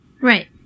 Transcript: Right